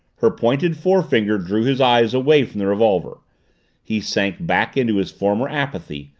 her pointed forefinger drew his eyes away from the revolver he sank back into his former apathy,